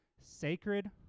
Sacred